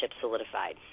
solidified